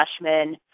freshman